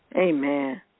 Amen